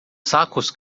sacos